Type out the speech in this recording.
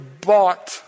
bought